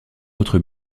autres